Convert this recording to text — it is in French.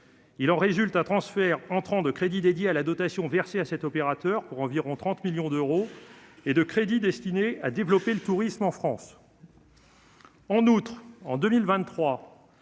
Il en résulte un transfert entrant de crédits dédiés à la dotation versée à cet opérateur pour environ 30 millions d'euros et de crédit destinés à développer le tourisme en France. En outre, en 2023,